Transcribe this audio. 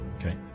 Okay